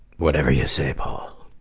whatever you say paul.